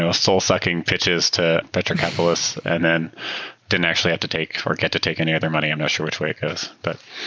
soul sucking pitches to venture capitalists and then didn't actually have to take or get to take any other money. i'm not sure which way it goes, but